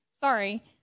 Sorry